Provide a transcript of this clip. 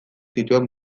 zituen